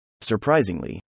Surprisingly